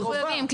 מחויבים.